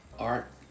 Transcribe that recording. art